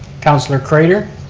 councilor craitor.